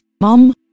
mom